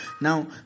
now